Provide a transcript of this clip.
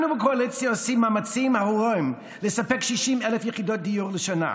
אנו בקואליציה עושים מאמצים הירואיים לספק 60,000 יחידות דיור לשנה.